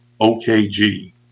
OKG